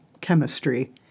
chemistry